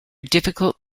difficult